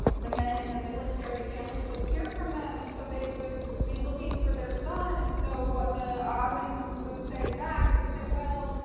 the men in the military, families wouldn't hear from them. and so, they would be looking for their son. son. and so, what the ottomans would say back is they'd say well,